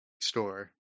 store